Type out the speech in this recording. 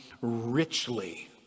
richly